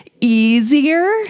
easier